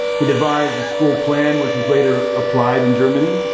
he devised a school plan, which was later applied in germany.